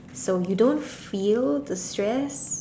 so you don't feel the stress